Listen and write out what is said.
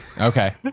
okay